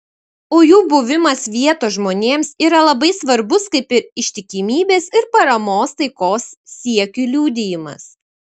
o jų buvimas vietos žmonėms yra labai svarbus kaip ištikimybės ir paramos taikos siekiui liudijimas